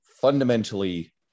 fundamentally